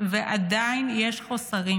ועדיין יש חוסרים.